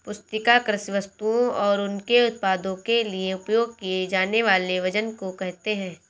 पुस्तिका कृषि वस्तुओं और उनके उत्पादों के लिए उपयोग किए जानेवाले वजन को कहेते है